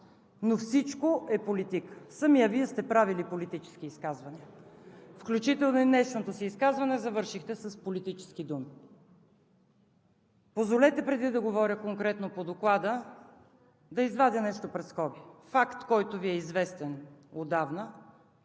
но всичко е политика. Самият Вие сте правили политически изказвания, включително и днешното си изказване завършихте с политически думи. Позволете преди да говоря конкретно по Доклада, да извадя нещо пред скоби – факт, който Ви е известен отдавна,